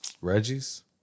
Reggie's